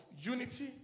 unity